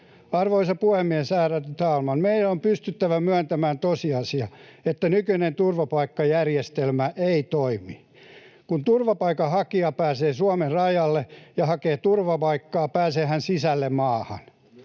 Arvoisa puhemies! Ärade talman! Meidän on pystyttävä myöntämään tosiasia, että nykyinen turvapaikkajärjestelmä ei toimi. Kun turvapaikanhakija pääsee Suomen rajalle ja hakee turvapaikkaa, pääsee hän sisälle maahan.